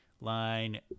line